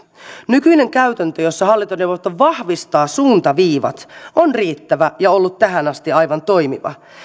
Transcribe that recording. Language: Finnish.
nykyinen käytäntö jossa hallintoneuvosto vahvistaa suuntaviivat on riittävä ja ollut tähän asti aivan toimiva